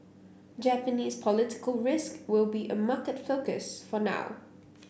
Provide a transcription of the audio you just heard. Japanese political risk will be a market focus for now